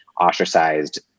ostracized